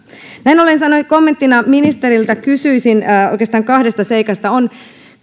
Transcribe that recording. näin ollen kommenttina ministerille kysyisin oikeastaan kahdesta seikasta on